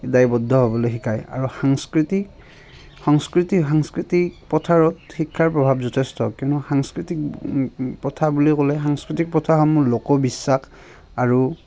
দায়বদ্ধ হ'বলে শিকায় আৰু সাংস্কৃতিক সংস্কৃতি সাংস্কৃতিক পথাৰত শিক্ষাৰ প্ৰভাৱ যথেষ্ট কিয়নো সাংস্কৃতিক প্ৰথা বুলি ক'লে সাংস্কৃতিক প্ৰথাসমূহ লোকবিশ্বাস আৰু